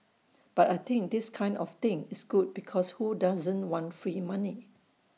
but I think this kind of thing is good because who doesn't want free money